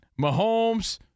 Mahomes